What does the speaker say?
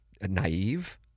Naive